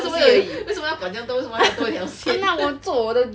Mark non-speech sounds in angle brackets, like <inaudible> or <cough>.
<laughs> 不是不是为什么要管将多管他多一条线 <laughs>